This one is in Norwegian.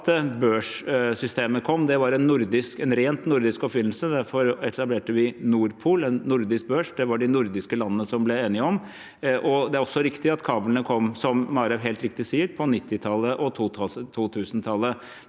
børssystemet kom. Det var en ren nordisk oppfinnelse. Derfor etablerte vi Nord Pool, en nordisk børs. Det var det de nordiske landene som ble enige om. Det er også riktig at kablene kom på 1990- og 2000-tallet,